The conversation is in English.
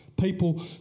people